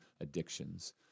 addictions